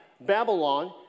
Babylon